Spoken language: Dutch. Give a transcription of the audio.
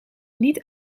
niet